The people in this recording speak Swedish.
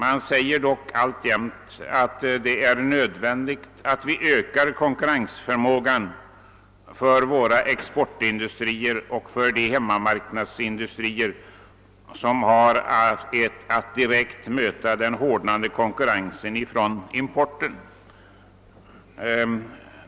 Alltjämt förklarar man dock att det är nödvändigt att öka konkurrensförmågan för vår exportindustri och för de hemmamarknadsindustrier som direkt får möta den hårdnande konkurrensen från importen.